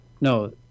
No